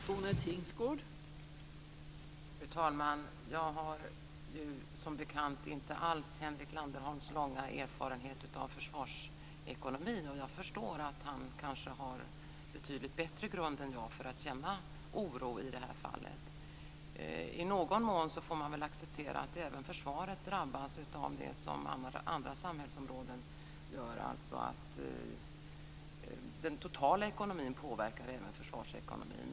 Fru talman! Jag har som bekant inte alls Henrik Landerholms långa erfarenhet av försvarsekonomi. Jag förstår att han kanske har betydligt bättre grund än jag för att känna oro i det här fallet. I någon mån får man väl acceptera att även försvaret drabbas av det som andra samhällsområden gör, dvs. att den totala ekonomin påverkar även försvarsekonomin.